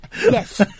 Yes